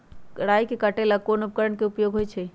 राई के काटे ला कोंन उपकरण के उपयोग होइ छई?